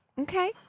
Okay